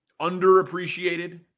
underappreciated